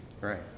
Right